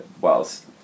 Whilst